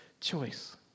choice